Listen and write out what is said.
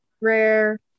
rare